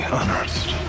unearthed